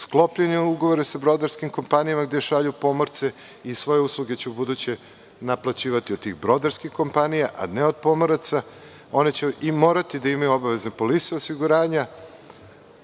sklopljene ugovore sa brodarskim kompanijama gde šalju pomorce i svoje usluge će ubuduće naplaćivati od tih brodarskih kompanija, a ne od pomoraca. One će morati da imaju obavezne polise osiguranja